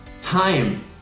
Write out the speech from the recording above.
Time